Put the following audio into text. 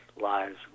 lives